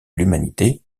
l’humanité